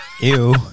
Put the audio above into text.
Ew